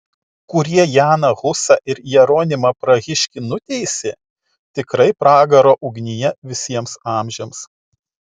kurie janą husą ir jeronimą prahiškį nuteisė tikrai pragaro ugnyje visiems amžiams